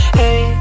hey